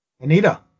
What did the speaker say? Anita